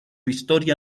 historia